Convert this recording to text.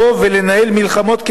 צריך לבוא ולנהל מלחמות,